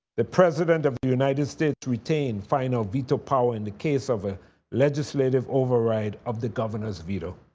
the president of the united states retained final veto power in the case of a legislative override of the governor's veto.